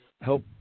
Help